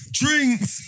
drinks